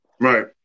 Right